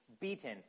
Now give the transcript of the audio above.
beaten